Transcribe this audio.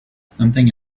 something